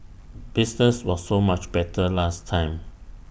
business was so much better last time